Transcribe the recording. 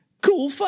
Cool